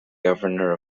governor